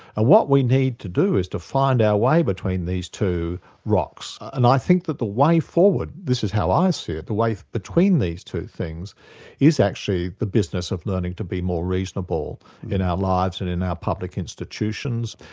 and what we need to do is to find our way between these two rocks, and i think that the way forward this is how i see it the way between these two things is actually the business of learning to be more reasonable in our lives and in our public institutions,